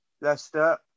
Leicester